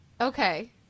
Okay